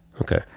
okay